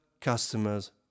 customers